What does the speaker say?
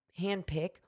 handpick